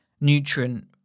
nutrient